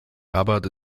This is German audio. rabat